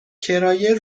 کرایه